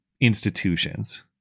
institutions